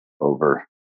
over